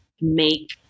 make